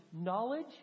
knowledge